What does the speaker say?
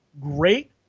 great